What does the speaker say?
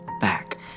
back